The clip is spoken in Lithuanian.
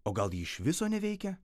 o gal ji iš viso neveikia